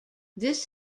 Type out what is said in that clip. this